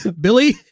billy